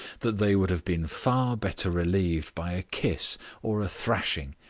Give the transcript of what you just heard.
that they would have been far better relieved by a kiss or a thrashing,